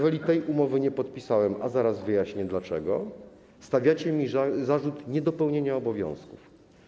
Gdy tej umowy nie podpisałem, a zaraz wyjaśnię dlaczego, stawiacie mi zarzut niedopełnienia obowiązków.